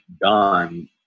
done